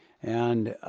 and,